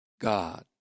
God